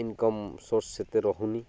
income source ସେତେ ରହୁନି